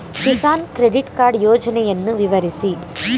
Kisan credit card ಯೋಜನೆಯನ್ನು ವಿವರಿಸಿ?